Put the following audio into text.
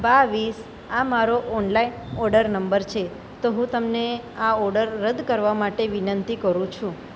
બાવીસ આ મારો ઓનલાઈન ઓડર નંબર છે તો હું તમને આ ઓડર રદ કરવા માટે વિનંતી કરું છું